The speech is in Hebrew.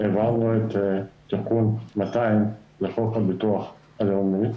העברנו את תיקון 200 לחוק הביטוח הלאומי,